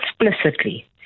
explicitly